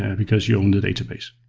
and because you own the database.